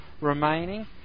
remaining